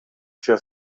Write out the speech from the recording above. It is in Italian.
zio